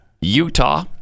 Utah